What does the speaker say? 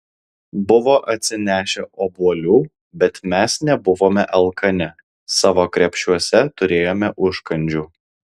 buvo atsinešę obuolių bet mes nebuvome alkani savo krepšiuose turėjome užkandžių